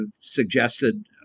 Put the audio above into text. suggested